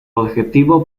objeto